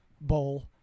Bowl